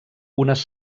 unes